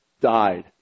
died